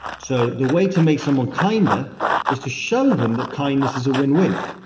so the way to make someone kinder is to show them that kindness is a win-win,